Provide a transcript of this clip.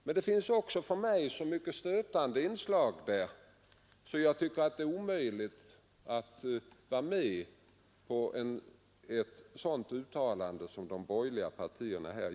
Men det finns också i de tankar som ligger bakom reservationen så många inslag som är stötande att jag finner det omöjligt att vara med på det uttalande som de borgerliga partierna gör.